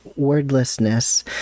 Wordlessness